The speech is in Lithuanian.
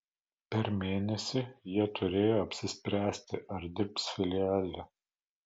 per mėnesį jie turėjo apsispręsti ar dirbs filiale